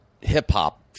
hip-hop